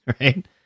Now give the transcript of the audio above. right